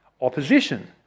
opposition